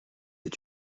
est